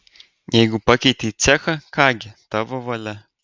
jeigu pakeitei cechą ką gi tavo valia